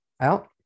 out